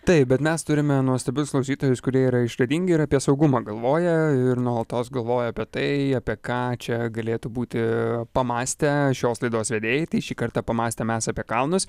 taip bet mes turime nuostabius klausytojus kurie yra išradingi ir apie saugumą galvoja ir nuolatos galvoja apie tai apie ką čia galėtų būti pamąstę šios laidos vedėjai šį kartą pamąstę mes apie kalnus